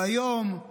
והיום, אני